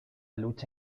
lucha